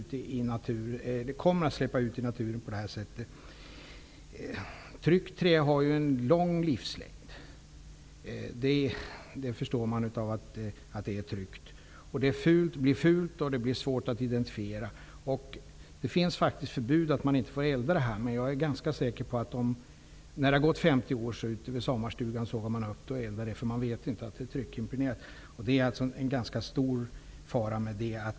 Tryckt trä har en lång livslängd. Det blir fult och svårt att identifiera. Det finns faktiskt förbud mot att elda det, men jag är ganska säker på att när det har gått 50 år ute vid sommarstugan sågar man upp det och eldar det. Man vet inte att det är tryckimpregnerat. Det finns en ganska stor fara med det.